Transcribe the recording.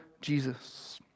Jesus